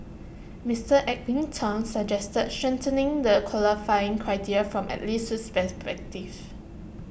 Mister Edwin Tong suggested strengthening the qualifying criteria from at least this perspectives